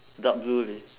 dark blue leh